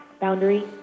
Boundary